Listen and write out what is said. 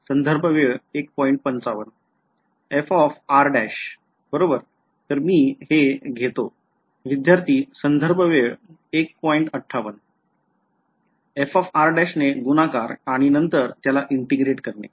बरोबर तर मी हे घेतो ने गुणाकार आणि नंतर त्याला integrate करणे